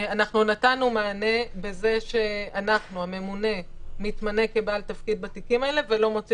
נתנו מענה בזה שאנחנו הממונה נתמנה כבעל תפקיד בתיקים האלה ולא נוציא